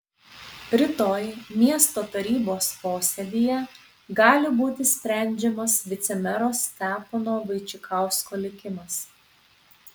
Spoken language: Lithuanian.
rytoj miesto tarybos posėdyje gali būti sprendžiamas vicemero stepono vaičikausko likimas